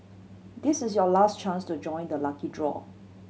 this is your last chance to join the lucky draw